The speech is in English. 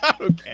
Okay